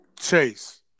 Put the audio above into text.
Chase